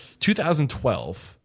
2012